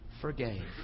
forgave